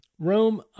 Rome